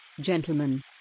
Gentlemen